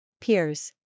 Peers